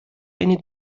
eine